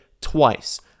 twice